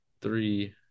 three